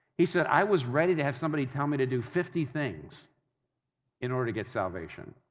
he said, i was ready to have somebody tell me to do fifty things in order to get salvation.